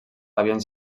havien